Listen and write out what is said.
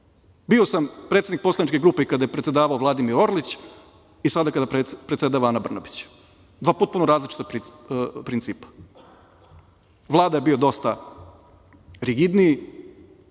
sam predsednik poslaničke grupa kada je predsedavao Vladimir Orlić i sada kada predsedava Ana Brnabić. Dva potpuno različita principa. Vlada je bio dosta rigidniji,